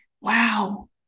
wow